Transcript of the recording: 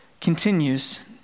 continues